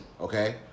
Okay